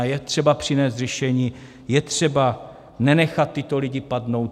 A je třeba přinést řešení, je třeba nenechat tyto lidi padnout.